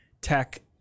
Tech –